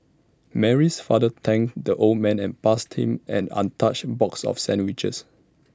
Mary's father thanked the old man and passed him an untouched box of sandwiches